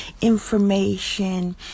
information